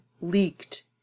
leaked